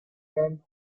ann